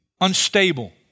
unstable